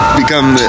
become